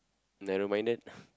narrow minded